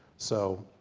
so,